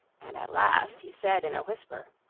and at last he said in a whisper,